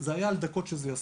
זה היה על דקות שזה יספיק.